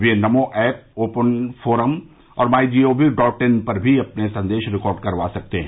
ये NaMo app open forum और my G O V dot in पर भी अपने संदेश रिकार्ड करवा सकते हैं